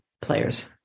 players